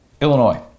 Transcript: Illinois